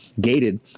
gated